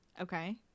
Okay